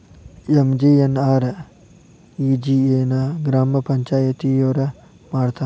MGNREGA ನ ಗ್ರಾಮ ಪಂಚಾಯತಿಯೊರ ಮಾಡ್ತಾರಾ?